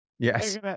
Yes